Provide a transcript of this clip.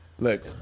Look